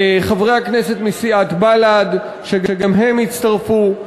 חברי הכנסת מסיעת בל"ד, גם הם הצטרפו.